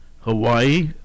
Hawaii